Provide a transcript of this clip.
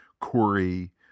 Corey